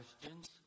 questions